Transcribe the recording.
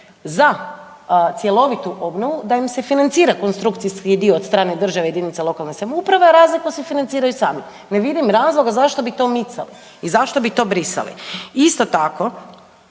za cjelovitu obnovu da im se financira konstrukcijski dio od strane države i JLS, a razliku si financiraju sami. Ne vidim razloga zašto bi to micali i zašto bi to brisali. Isto tako